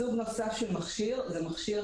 סוג נוסף של מכשיר זה "מכשיר